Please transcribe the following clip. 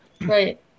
right